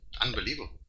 unbelievable